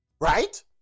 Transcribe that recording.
Right